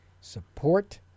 support